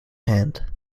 hand